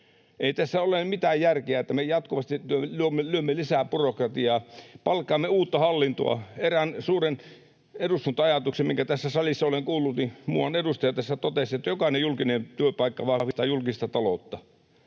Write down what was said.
Ei tässä ole mitään järkeä, että me jatkuvasti luomme lisää byrokratiaa, palkkaamme uutta hallintoa. Eräs suuri eduskunta-ajatus, minkä tässä salissa olen kuullut, oli se, kun muuan edustaja tässä totesi, että jokainen julkinen työpaikka vahvistaa julkista taloutta.